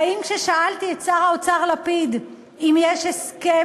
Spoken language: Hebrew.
והאם כששאלתי את שר האוצר לפיד אם יש הסכם